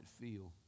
feel